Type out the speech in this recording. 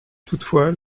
toutefois